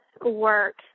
work